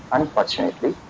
Unfortunately